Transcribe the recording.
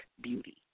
beauty